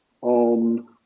on